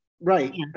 Right